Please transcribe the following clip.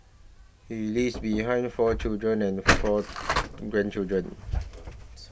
he leaves behind four children and four grandchildren